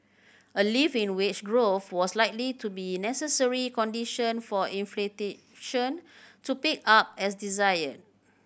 a lift in wage growth was likely to be a necessary condition for to pick up as desired